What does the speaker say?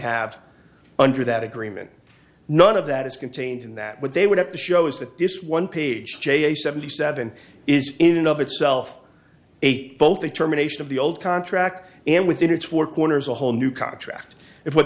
have under that agreement none of that is contained in that what they would have to show is that this one page seventy seven is in and of itself eight both determination of the old contract and within its four corners a whole new contract if what